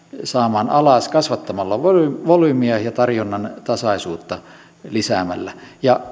saamaan alas kasvattamalla volyymiä ja lisäämällä tarjonnan tasaisuutta ja